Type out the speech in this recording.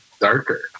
darker